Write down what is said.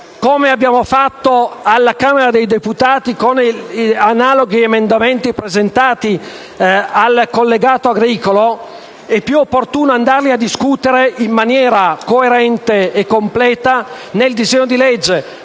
come abbiamo fatto alla Camera dei deputati con analoghi emendamenti presentati al collegato agricolo, sia più opportuno discuterle in maniera coerente e completa nell'ambito del disegno di legge